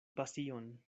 pasion